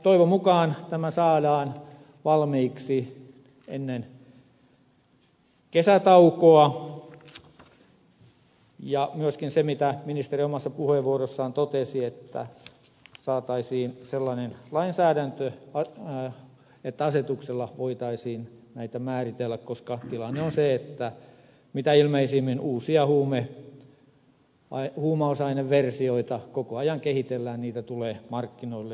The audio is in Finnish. toivon mukaan tämä saadaan valmiiksi ennen kesätaukoa ja että myöskin mitä ministeri omassa puheenvuorossaan totesi saataisiin sellainen lainsäädäntö että asetuksella voitaisiin näitä määritellä koska tilanne on se että mitä ilmeisimmin uusia huumausaineversioita koko ajan kehitellään niitä tulee markkinoille